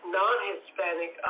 non-Hispanic